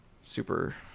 super